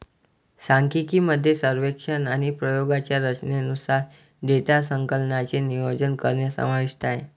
सांख्यिकी मध्ये सर्वेक्षण आणि प्रयोगांच्या रचनेनुसार डेटा संकलनाचे नियोजन करणे समाविष्ट आहे